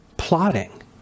plotting